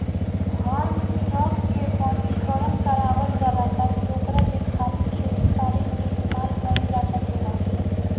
form truck के पंजीकरण करावल जाला ताकि ओकरा के खाली खेती बारी में इस्तेमाल कईल जा सकेला